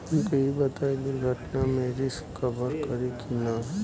हमके ई बताईं दुर्घटना में रिस्क कभर करी कि ना?